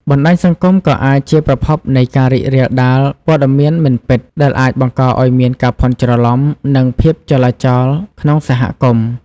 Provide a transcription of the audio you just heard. បណ្តាញសង្គមក៏អាចជាប្រភពនៃការរីករាលដាលព័ត៌មានមិនពិត ដែលអាចបង្កឱ្យមានការភាន់ច្រឡំ និងភាពចលាចលក្នុងសហគមន៍។